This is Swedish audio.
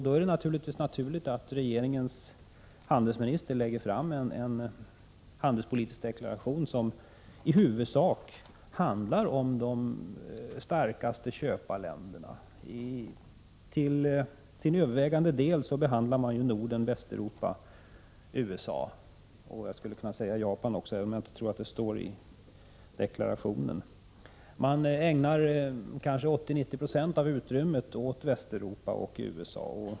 Då är det naturligt att regeringens handelsminister lägger fram en handelspolitisk deklaration som i huvudsak handlar om de starkaste köparländerna. Till övervägande del behandlar man ju Norden, Västeuropa, USA — jag skulle kunna nämna Japan också, trots att jag inte tror att Japan nämndes i deklarationen. Man ägnar kanske 80-90 26 av utrymmet åt Västeuropa och USA.